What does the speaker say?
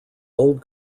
old